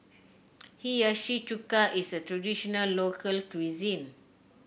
Hiyashi Chuka is a traditional local cuisine